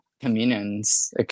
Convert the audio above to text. communions